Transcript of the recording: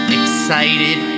excited